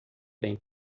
bem